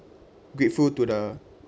grateful to the